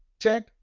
Check